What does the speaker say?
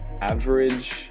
average